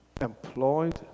employed